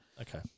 okay